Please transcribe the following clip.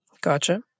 gotcha